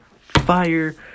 fire